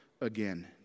again